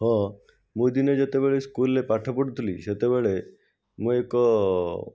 ହଁ ମୁଁ ଦିନେ ଯେତେବେଳେ ସ୍କୁଲରେ ପାଠ ପଢ଼ୁଥିଲି ସେତେବେଳେ ମୁଁ ଏକ